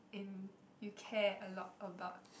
and you care a lot about